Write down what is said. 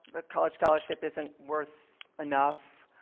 but college scholarship isn't worth enough.